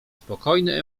spokojnej